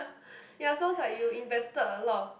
ya sounds like you invested a lot of